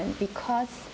because